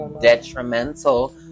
detrimental